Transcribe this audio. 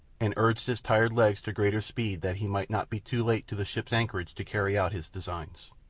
and urged his tired legs to greater speed that he might not be too late to the ship's anchorage to carry out his designs.